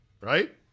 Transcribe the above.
Right